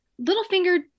Littlefinger